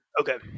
Okay